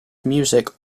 music